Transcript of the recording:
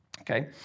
Okay